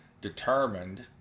determined